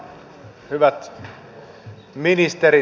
hyvät ministerit